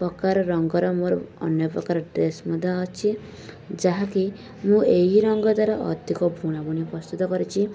ପ୍ରକାର ରଙ୍ଗର ମୋର ଅନ୍ୟ ପ୍ରକାର ଡ୍ରେସ୍ ମଧ୍ୟ ଅଛି ଯାହାକି ମୁଁ ଏହି ରଙ୍ଗରେ ଅଧିକ ବୁଣାବୁଣି ପ୍ରସ୍ତୁତ କରିଛି